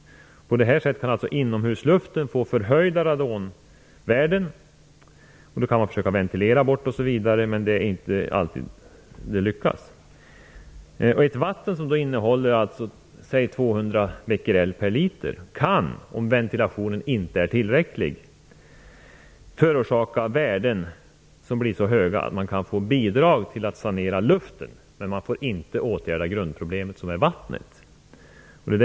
På det här sättet kan inomhusluften få förhöjda radonvärden. Det kan man försöka ventilera bort osv., men det lyckas inte alltid. Vatten som innehåller 2 000 becquerel per liter kan, om ventilationen inte är tillräcklig, ge värden som blir så höga att man kan få bidrag till att sanera luften. Men man får inte bidrag till att åtgärda grundproblemet, som är det radonhaltiga vattnet.